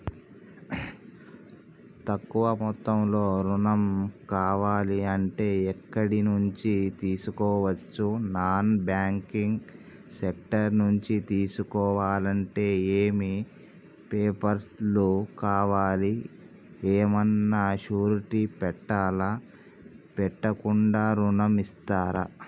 తక్కువ మొత్తంలో ఋణం కావాలి అంటే ఎక్కడి నుంచి తీసుకోవచ్చు? నాన్ బ్యాంకింగ్ సెక్టార్ నుంచి తీసుకోవాలంటే ఏమి పేపర్ లు కావాలి? ఏమన్నా షూరిటీ పెట్టాలా? పెట్టకుండా ఋణం ఇస్తరా?